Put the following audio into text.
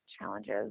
challenges